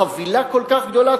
חבילה כל כך גדולה,